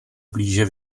blíže